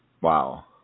Wow